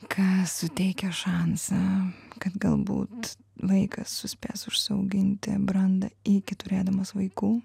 kas suteikia šansą kad galbūt vaikas suspės užsiauginti brandą iki turėdamas vaikų